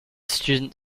student